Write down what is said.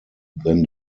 than